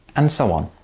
and so on.